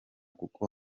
kuko